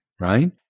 right